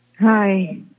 Hi